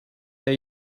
that